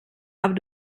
aber